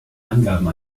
angabe